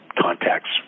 contacts